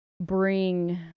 bring